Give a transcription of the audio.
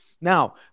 Now